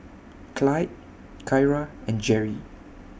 Clydie Kyra and Jerry